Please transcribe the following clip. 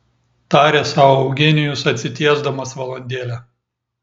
tarė sau eugenijus atsitiesdamas valandėlę